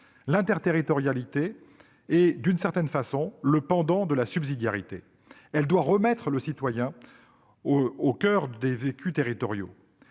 L'interterritorialité est, d'une certaine façon, le pendant de la subsidiarité : elle doit remettre le citoyen au coeur des vécus territoriaux.